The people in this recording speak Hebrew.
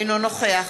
אינו נוכח